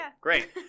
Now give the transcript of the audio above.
Great